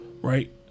Right